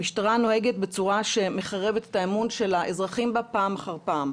המשטרה נוהגת בצורה שמחרבת את האמון של האזרחים בה פעם אחר פעם,